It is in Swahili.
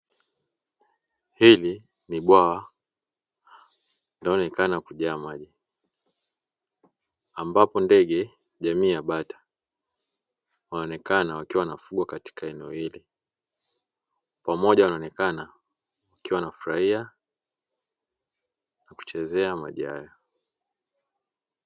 Hili ni bwawa linaloonekana kujaa maji ambapo ndege jamii ya bata wanaonekana wakiwa wanafugwa katika eneo hili pamoja wanaonekana wakiwa wanafurahia na kuchezea maji haya.